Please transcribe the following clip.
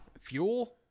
Fuel